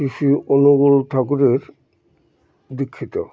শ্রী শ্রী অনুকূল ঠাকুরের দীক্ষিত